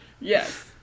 Yes